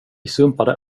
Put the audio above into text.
sumpade